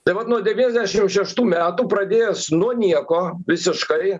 tai vat nuo devyniasdešim šeštų metų pradėjęs nuo nieko visiškai